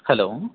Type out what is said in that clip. hello